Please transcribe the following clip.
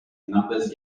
numbers